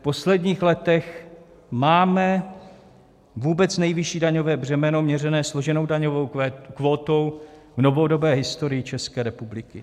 V posledních letech máme vůbec nejvyšší daňové břemeno měřené složenou daňovou kvótou v novodobé historii České republiky.